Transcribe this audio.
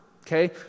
okay